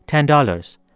ten dollars.